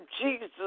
Jesus